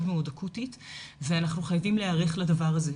אקוטית ואנחנו חייבים להיערך לדבר הזה.